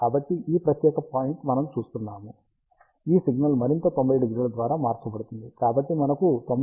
కాబట్టి ఈ ప్రత్యేక పాయింట్ మనము చూస్తాము ఈ సిగ్నల్ మరింత 90° ద్వారా మార్చబడుతుంది